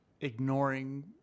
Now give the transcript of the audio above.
ignoring